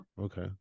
okay